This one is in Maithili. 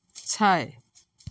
छओ